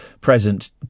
present